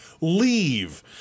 Leave